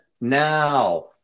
Now